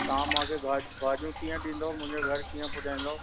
तव्हां मूंखे गा भाॼियूं कीअं ॾींदव मुंहिंजे घरु कीअं पुॼाईंदव